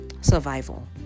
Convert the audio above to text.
survival